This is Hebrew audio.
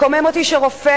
מקומם אותי שרופא,